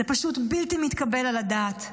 זה פשוט בלתי מתקבל על הדעת,